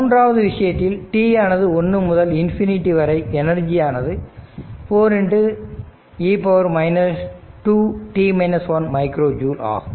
மூன்றாவது விஷயத்தில் t ஆனது 1 முதல் ∞ வரை எனர்ஜியானது 4e 2 மைக்ரோ ஜூல் ஆகும்